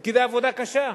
כי זו עבודה קשה,